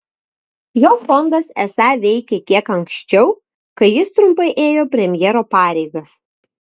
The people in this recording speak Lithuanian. jo fondas esą veikė kiek anksčiau kai jis trumpai ėjo premjero pareigas